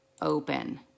open